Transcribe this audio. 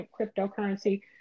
cryptocurrency